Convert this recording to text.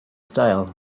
style